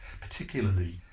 particularly